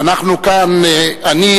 אני,